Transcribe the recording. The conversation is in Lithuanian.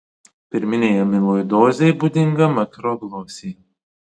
pirminei amiloidozei būdinga makroglosija